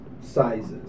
sizes